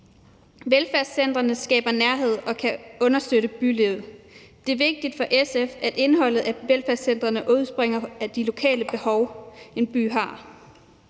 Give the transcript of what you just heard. Velfærdscentrene skaber nærhed og kan understøtte bylivet. Det er vigtigt for SF, at indholdet af velfærdscentrene udspringer af de lokale behov, en by har.